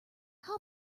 how